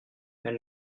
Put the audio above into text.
elle